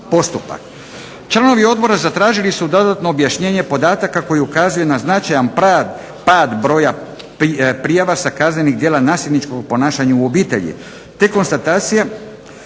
Članovi odbora zatražili su dodatno objašnjenje podataka koji ukazuje na značajan pad broja prijava sa kaznenih djela nasilničkog ponašanja u obitelji